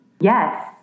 Yes